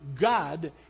God